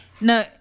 No